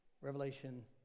Revelation